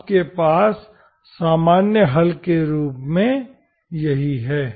आपके पास सामान्य हल के रूप में यही है